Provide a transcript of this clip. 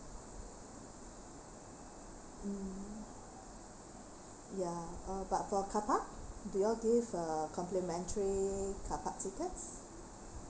mm ya uh but for carpark do you all give uh the complimentary carpark tickets